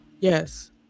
Yes